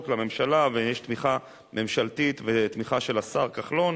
לממשלה ויש תמיכה ממשלתית ותמיכה של השר כחלון,